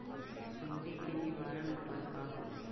सुंडी के निवारक उपाय का हई?